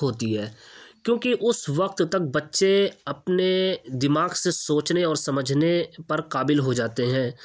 ہوتی ہے کیونکہ اس وقت تک بچے اپنے دماغ سے سوچنے اور سمجھنے پر قابل ہو جاتے ہیں